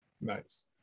nice